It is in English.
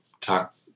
talk